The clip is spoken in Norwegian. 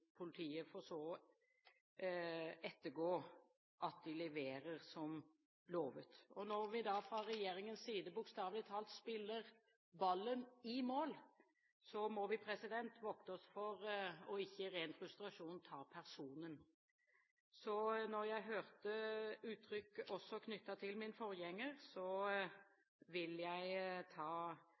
politiet for så å ettergå at de leverer som lovet. Når vi da fra regjeringens side bokstavelig talt spiller ballen i mål, må vi vokte oss for ikke i ren frustrasjon å ta personen. Når jeg hørte uttrykk også knyttet til min forgjenger, vil jeg ta